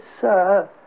sir